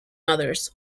others